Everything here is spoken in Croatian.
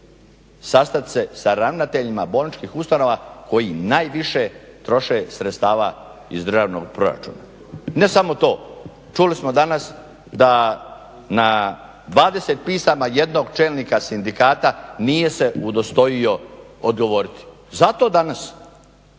sastat se sa ravnateljima bolničkih ustanova koji najviše troše sredstava iz državnog proračuna. I ne samo to, čuli smo danas da na 20 pisama jednog čelnika sindikata nije se udostojio odgovoriti. Zato danas,